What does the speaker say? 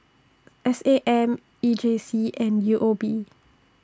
S A M E J C and U O B